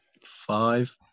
Five